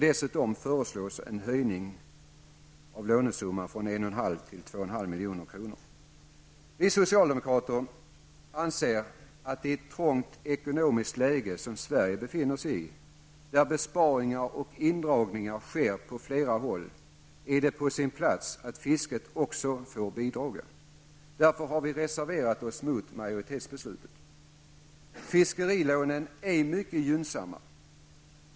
Dessutom föreslås en höjning av lånesumman från 1,5 till 2,5 milj.kr. Vi socialdemokrater anser att i det trånga ekonomiska läge som Sverige befinner sig i, där besparingar och indragningar sker på flera håll, är det på sin plats att fisket också får bidra. Därför har vi reserverat oss mot majoritetsbeslutet. Fiskerilånen är mycket gynnsamma.